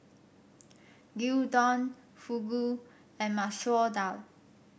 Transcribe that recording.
Gyudon Fugu and Masoor Dal